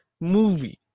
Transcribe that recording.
movie